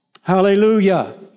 Hallelujah